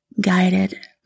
guided